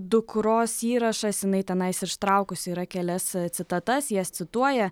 dukros įrašas jinai tenai ištraukusi yra kelias citatas jas cituoja